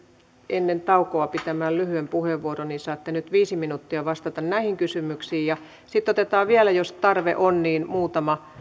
ennen taukoa pitämään lyhyen puheenvuoron niin saatte nyt viisi minuuttia vastata näihin kysymyksiin sitten otetaan vielä jos tarve on muutama